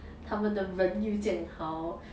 他们的人又这样好